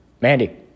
Mandy